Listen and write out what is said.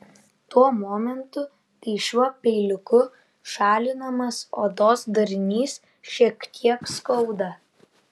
tuo momentu kai šiuo peiliuku šalinamas odos darinys šiek tiek skauda